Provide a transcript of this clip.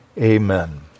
Amen